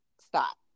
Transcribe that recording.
stop